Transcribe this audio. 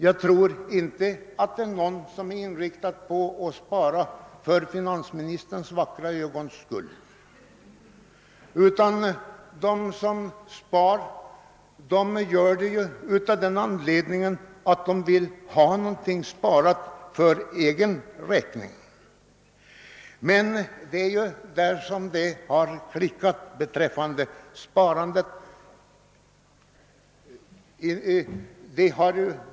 Jag tror inte att det är någon som är inriktad på att spara för finansministerns vackra ögons skull, utan de som spar gör det av den anledningen att de vill ha någonting sparat för egen räkning. Men det är därvidlag som det har klickat när det gäller sparandet.